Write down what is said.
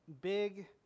big